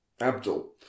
Abdul